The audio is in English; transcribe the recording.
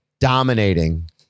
dominating